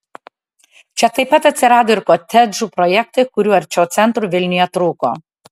čia taip pat atsirado ir kotedžų projektai kurių arčiau centro vilniuje trūko